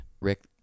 Rick